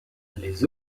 les